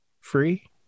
free